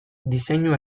diseinu